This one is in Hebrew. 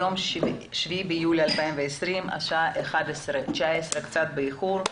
היום 7 ביולי 2020, השעה 11:19, קצת באיחור.